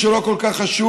שהוא לא כל כך חשוב,